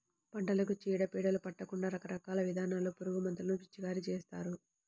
పంటలకు చీడ పీడలు పట్టకుండా రకరకాల విధానాల్లో పురుగుమందులను పిచికారీ చేస్తారు